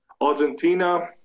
Argentina